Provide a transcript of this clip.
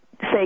say